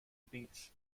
beach